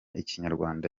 ikinyarwanda